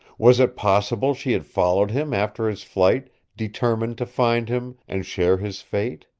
was it possible she had followed him after his flight, determined to find him, and share his fate?